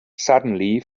suddenly